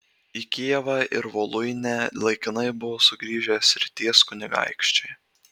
į kijevą ir voluinę laikinai buvo sugrįžę srities kunigaikščiai